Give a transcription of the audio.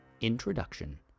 Introduction